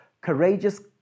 courageous